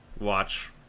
watch